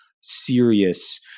serious